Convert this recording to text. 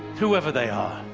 whoever they are.